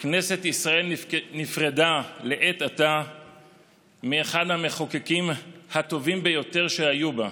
כנסת ישראל נפרדה לעת עתה מאחד מהמחוקקים הטובים ביותר שהיו בה,